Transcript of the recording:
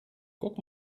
guck